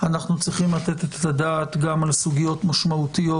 אנחנו צריכים לתת את הדעת גם על סוגיות משמעותיות,